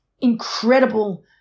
incredible